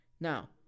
Now